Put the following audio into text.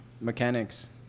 mechanics